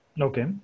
Okay